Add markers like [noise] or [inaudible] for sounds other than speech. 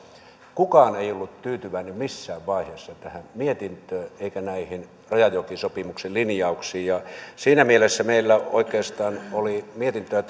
kukaan ei ollut tyytyväinen missään vaiheessa tähän mietintöön eikä näihin rajajokisopimuksen linjauksiin siinä mielessä meillä oikeastaan oli mietintöä [unintelligible]